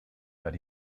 but